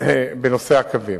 בנושא הקווים.